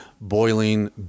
boiling